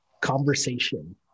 conversation